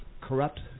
corrupt